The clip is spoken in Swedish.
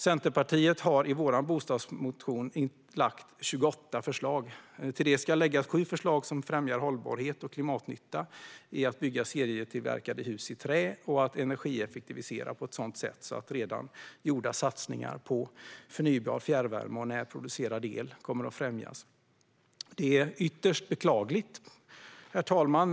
Centerpartiet har i vår bostadsmotion lagt fram 28 förslag. Till det ska läggas 7 förslag som främjar hållbarhet och klimatnytta; det handlar om att bygga serietillverkade hus i trä och att energieffektivisera på ett sådant sätt att redan gjorda satsningar på förnybar fjärrvärme och närproducerad el kommer att främjas. Herr talman!